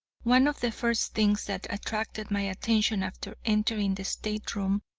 one of the first things that attracted my attention after entering the state-room,